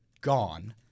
gone